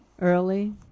Early